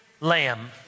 lamb